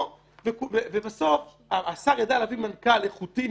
ובסוף השר יידע להביא מנכ"ל איכותי,